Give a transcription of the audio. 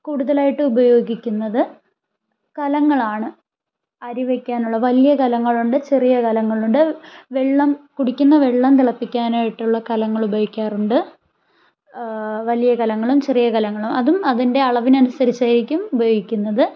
കൂടുതലായിട്ടും ഉപയോഗിക്കുന്നത് കലങ്ങളാണ് അരി വയ്ക്കാനുള്ള വലിയ കലങ്ങളുണ്ട് ചെറിയ കലങ്ങളുണ്ട് വെള്ളം കുടിക്കുന്ന വെള്ളം തിളപ്പിക്കാനായിട്ടുള്ള കലങ്ങൾ ഉപയോഗിക്കാറുണ്ട് വലിയ കലങ്ങളും ചെറിയ കലങ്ങളും അതും അതിൻ്റെ അളവിനനുസരിച്ച് ആയിരിക്കും ഉപയോഗിക്കുന്നത്